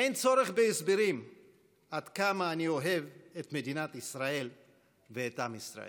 אין צורך בהסברים עד כמה אני אוהב את מדינת ישראל ואת עם ישראל.